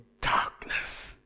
darkness